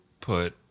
put